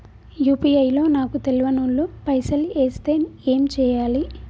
UPI లో నాకు తెల్వనోళ్లు పైసల్ ఎస్తే ఏం చేయాలి?